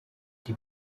die